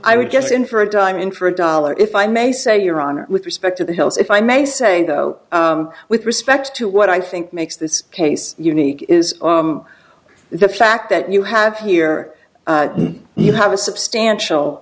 i would guess in for a dime in for a dollar if i may say your honor with respect to the hills if i may say though with respect to what i think makes this case unique is the fact that you have here you have a substantial